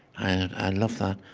and i love that.